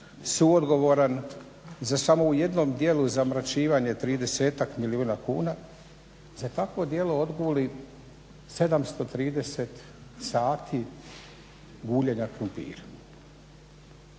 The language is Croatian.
suodgovoran za samo u jednom djelu zamračivanje 30-tak milijuna kuna, za takvo djelo odguli 730 sati guljenja krumpira.